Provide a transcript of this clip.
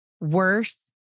worse